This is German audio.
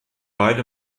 beide